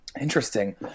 interesting